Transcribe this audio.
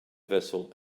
vessel